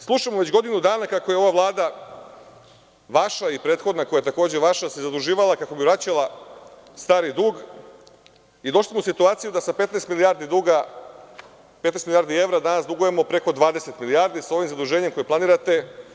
Slušamo već godinu dana kako je ova Vlada vaša i prethodna, koja je takođe vaša, se zaduživala kako bi vraćala stari dug i došli smo u situaciju da sa 15 milijardi duga, 15 milijardi evra, danas dugujemo preko 20 milijardi sa ovim zaduženjem koje planirate.